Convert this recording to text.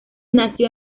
nació